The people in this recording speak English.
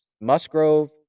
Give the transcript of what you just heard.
Musgrove